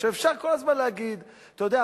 אפשר כל הזמן להגיד: אתה יודע,